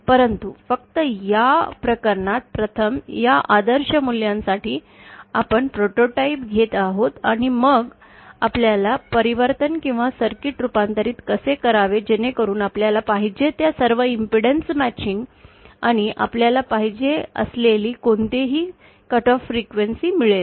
परंतु फक्त या प्रकरणात प्रथम या आदर्श मूल्यांसाठी आपण प्रोटोटाइप घेत आहोत आणि मग आपल्याला परिवर्तन किंवा सर्किटचे रूपांतर कसे करावे जेणेकरुन आपल्याला पाहिजे त्या सर्व इम्पेडन्स मॅचिंग आणि आपल्याला पाहिजे असलेली कोणतीही कट ऑफ फ्रीक्वेन्सी मिळेल